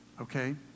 okay